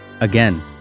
Again